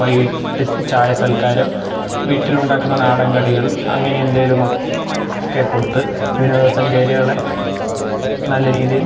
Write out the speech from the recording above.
വൈകിട്ട് ചായ സൽക്കാരം വീട്ടിൽ ഉണ്ടാക്കുന്ന നാടൻ കടികൾ അങ്ങനെ എന്തെങ്കിലുമൊ ക്കെ കൊടുത്ത് വിനോദ സഞ്ചാരികളെ നല്ല രീതിയിൽ